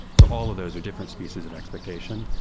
so all of those are different species of expectation.